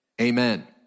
amen